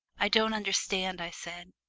i don't understand, i said,